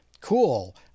cool